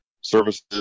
services